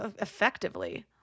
effectively